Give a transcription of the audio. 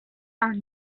are